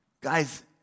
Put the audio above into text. Guys